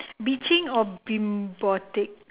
bitching or bimbotic